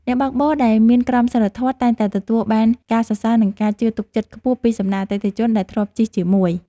អ្នកបើកបរដែលមានក្រមសីលធម៌តែងតែទទួលបានការសរសើរនិងការជឿទុកចិត្តខ្ពស់ពីសំណាក់អតិថិជនដែលធ្លាប់ជិះជាមួយ។